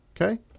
Okay